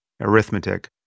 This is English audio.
arithmetic